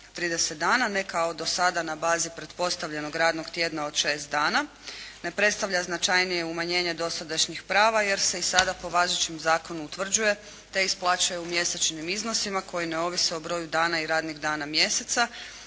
30 dana, ne kao do sada na bazi pretpostavljenog radnog tjedna od 6 dana, ne predstavlja značajnije umanjenje dosadašnjih prava jer se i sada po važećem zakonu utvrđuje te isplaćuje u mjesečnim iznosima koji ne ovise o broju dana i radnih dana mjeseca